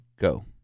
go